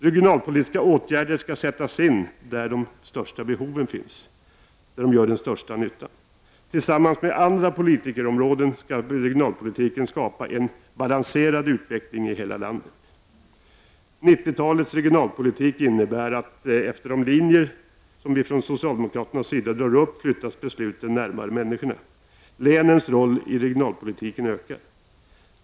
Regionalpolitiska åtgärder skall sättas in där de största behoven finns, där de gör bäst nytta. Tillsammans med andra politikområden skall regionalpolitiken skapa en balanserad utveckling i hela landet. 1990-talets regionalpolitik innebär: —- Efter de linjer som vi från socialdemokraternas sida drar upp flyttas besluten närmare människorna. Länens roll i regionalpolitiken ökar.